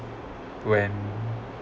when